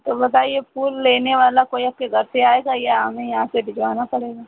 तो बताइए फूल लेने वाला कोई आपके घर से आएगा या हमें यहाँ से भिजवाना पड़ेगा